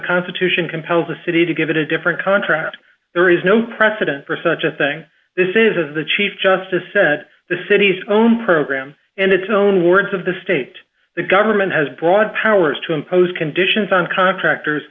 constitution compels a city to give it a different contract there is no precedent for such a thing this is the chief justice said the city's own program and its own words of the state the government has broad powers to impose conditions on contractors